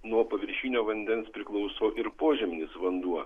nuo paviršinio vandens priklauso ir požeminis vanduo